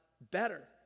better